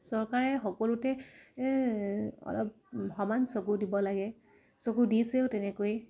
চৰকাৰে সকলোতে অলপ সমান চকু দিব লাগে চকু দিছেও তেনেকৈ